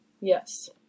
yes